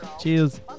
Cheers